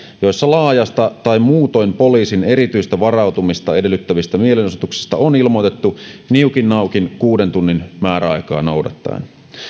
joissa laajasta tai muutoin poliisin erityistä varautumista edellyttävistä mielenosoituksista on ilmoitettu niukin naukin kuuden tunnin määräaikaa noudattaen